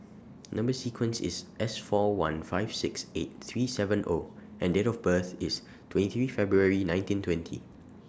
Number sequence IS S four one five six eight three seven O and Date of birth IS twenty February nineteen twenty